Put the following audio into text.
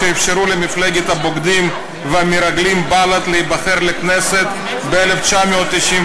כשאפשרו למפלגת הבוגדים והמרגלים בל"ד להיבחר לכנסת ב-1999,